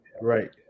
right